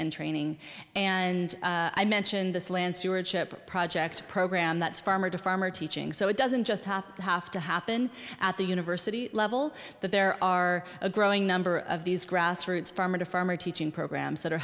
and training and i mentioned this land stewardship project program that's farmer to farmer teaching so it doesn't just happen to have to happen at the university level that there are a growing number of these grassroots farmer farmer teaching programs that are